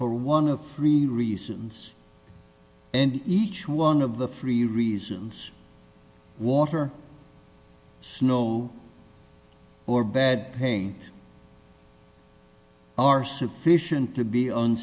for one of the reasons and each one of the free reasons water snow or bad pain are sufficient to be on